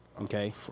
okay